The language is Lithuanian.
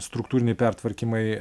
struktūriniai pertvarkymai